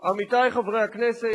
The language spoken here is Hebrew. עמיתי חברי הכנסת,